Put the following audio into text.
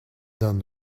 d’un